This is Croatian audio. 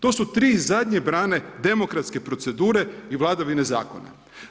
To su tri zadnje brane demokratske procedure i vladavine zakona.